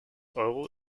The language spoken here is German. euro